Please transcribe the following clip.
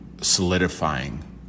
solidifying